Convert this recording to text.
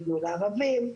יבנו לערבים,